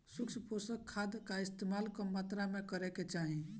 सूक्ष्म पोषक खाद कअ इस्तेमाल कम मात्रा में करे के चाही